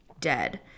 dead